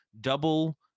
double